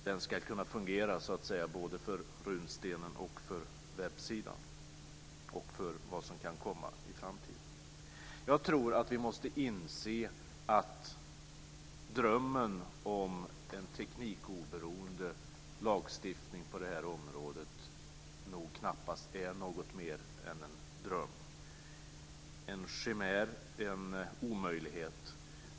Den ska kunna fungera så att säga både för runstenen, för webbsidan och för vad som kan komma i framtiden. Jag tror att vi måste inse att drömmen om en teknikoberoende lagstiftning på det här området nog knappast är något mer än en dröm, en chimär och en omöjlighet.